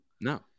No